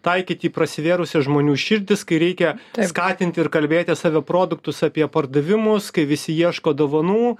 taikyt į prasivėrusias žmonių širdis kai reikia skatint ir kalbėtis apie produktus apie pardavimus kai visi ieško dovanų